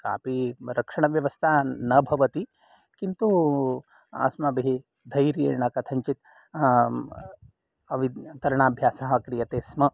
कापि रक्षणव्यवस्था न भवति किन्तु अस्माभिः धैर्येण कथञ्चित् तरणाभ्यासः क्रियते स्म